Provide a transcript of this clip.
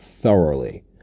thoroughly